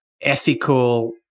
ethical